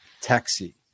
Taxi